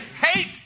hate